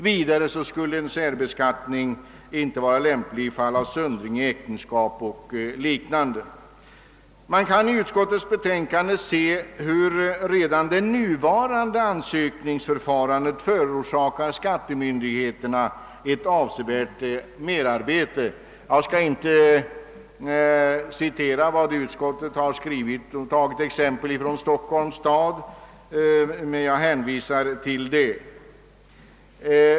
Vidare skulle en särbeskattning inte vara lämplig vid Av utskottsbetänkandet framgår hur redan det nuvarande ansökningsförfarandet förorsakar skattemyndigheterna ett avsevärt merarbete. Jag skall inte citera de exempel som anförs från Stockholms stad utan hänvisar till betänkandet.